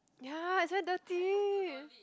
ya is very dirty